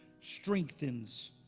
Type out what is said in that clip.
strengthens